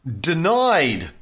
denied